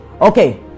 Okay